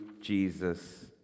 Jesus